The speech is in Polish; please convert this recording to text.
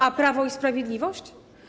A Prawo i Sprawiedliwość?